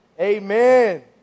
amen